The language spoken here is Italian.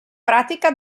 pratica